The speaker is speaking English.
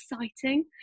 exciting